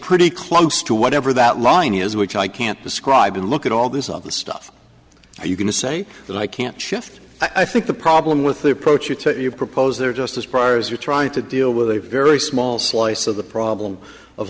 pretty close to whatever that line is which i can't describe and look at all this other stuff are you going to say that i can't shift i think the problem with the approach you take you propose there just as priors you're trying to deal with a very small slice of the problem of